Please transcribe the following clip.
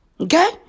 okay